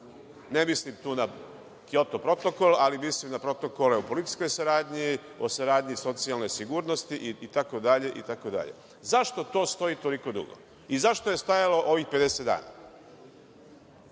Ne mislim tu na Kjoto protokol, ali mislim na protokole o policijskoj saradnji, o saradnji socijalne sigurnosti, itd, itd. Zašto to stoji toliko dugo i zašto je stajalo ovih 50 dana?